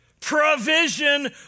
provision